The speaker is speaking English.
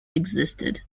existed